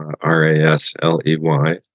r-a-s-l-e-y